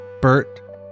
Bert